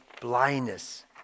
blindness